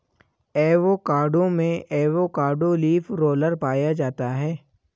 avocado में avocado leaf roller पाया जाता है